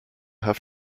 have